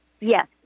Yes